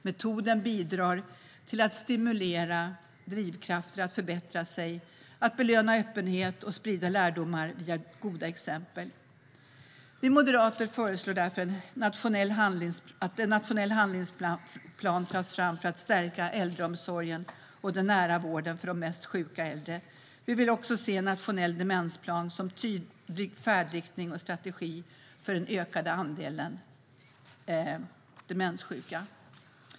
Metoden bidrar till att stimulera drivkrafter att förbättra sig, att belöna öppenhet och att sprida lärdomar via goda exempel. Vi moderater föreslår att en nationell handlingsplan tas fram för att stärka äldreomsorgen och den nära vården för de mest sjuka äldre. Vi vill också se nationell demensplan som tydlig färdriktning och strategi för den ökade andelen demenssjuka.